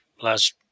last